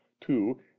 two